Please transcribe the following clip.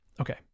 okay